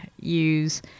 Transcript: use